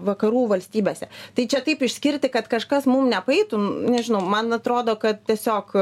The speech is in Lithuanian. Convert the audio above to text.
vakarų valstybėse tai čia taip išskirti kad kažkas mum nepaeitų nežinau man atrodo kad tiesiog